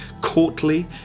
courtly